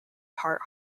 part